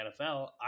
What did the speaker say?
NFL